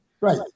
Right